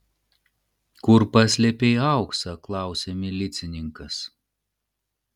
kur paslėpei auksą klausia milicininkas